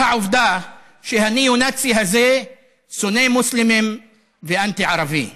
העובדה שהניאו-נאצי הזה שונא מוסלמים ואנטי-ערבי.